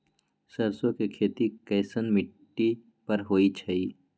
सरसों के खेती कैसन मिट्टी पर होई छाई?